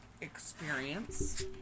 experience